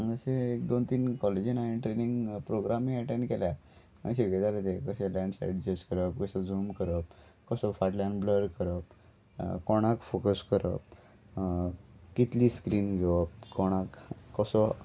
अशें एक दोन तीन कॉलेजीन हांवें ट्रेनींग प्रोग्रामीय एटॅण्ड केल्या कशे जालें तें कशें लॅंड स्लायड जस्ट करप कसो झूम करप कसो फाटल्यान ब्लर करप कोणाक फॉकस करप कितली स्क्रीन घेवप कोणाक कसो